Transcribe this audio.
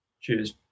Cheers